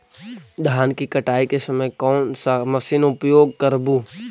धान की कटाई के समय कोन सा मशीन उपयोग करबू?